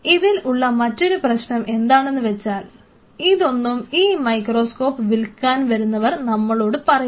ഇതിൽ ഉള്ള മറ്റൊരു പ്രശ്നം എന്താണെന്ന് വച്ചാൽ ഇതൊന്നും ഈ മൈക്രോസ്കോപ്പ് വിൽക്കാൻ വരുന്നവർ നമ്മളോട് പറയില്ല